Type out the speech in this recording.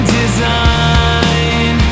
design